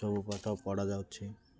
ସବୁ ପାଠ ପଢ଼ା ଯାଉଛି